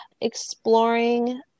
exploring